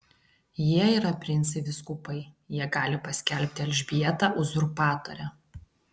jie yra princai vyskupai jie gali paskelbti elžbietą uzurpatore